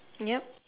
yup